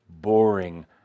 boring